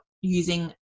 using